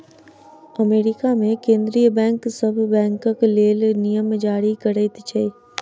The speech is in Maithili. अमेरिका मे केंद्रीय बैंक सभ बैंकक लेल नियम जारी करैत अछि